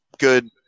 good